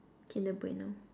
kinder-Bueno